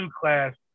class